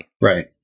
Right